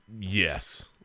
yes